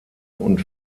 und